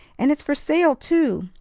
and it's for sale, too!